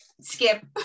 skip